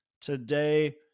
today